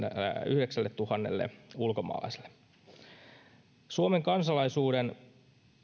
yhdeksälletuhannelle ulkomaalaiselle suomen kansalaisuuden